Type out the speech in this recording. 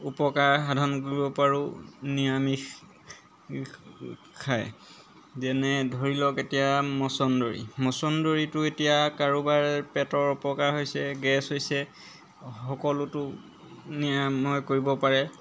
উপকাৰ সাধন কৰিব পাৰোঁ নিৰামিষ খায় যেনে ধৰি লওক এতিয়া মচন্দৰী মচন্দৰীটো এতিয়া কাৰোবাৰ পেটৰ উপকাৰ হৈছে গেছ হৈছে সকলোতো নিৰাময় কৰিব পাৰে